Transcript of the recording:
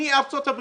מארצות הברית,